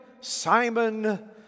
Simon